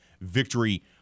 victory